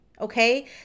okay